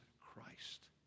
Christ